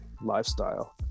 lifestyle